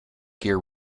gear